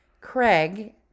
Craig